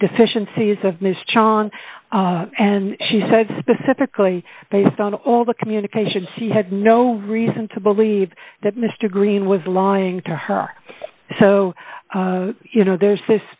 deficiencies of ms chong and she said specifically based on all the communications she had no reason to believe that mr green was lying to her so you know there's this